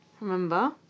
remember